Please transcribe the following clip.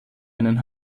einen